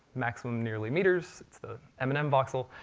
maximum, nearly, meters. it's the m and m voxel.